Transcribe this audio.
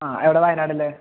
ആ അവിടെ വയനാട് അല്ലെ